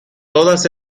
todas